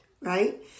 right